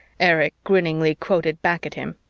erich grinningly quoted back at him.